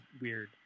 weird